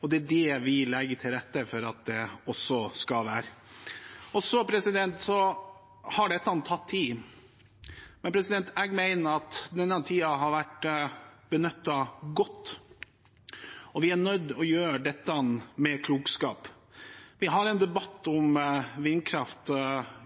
og det er det vi legger til rette for at det skal være. Så har dette tatt tid, men jeg mener at denne tiden har vært benyttet godt. Vi er nødt til å gjøre dette med klokskap. Vi har en debatt om vindkraft